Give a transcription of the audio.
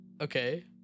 okay